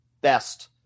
best